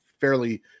Fairly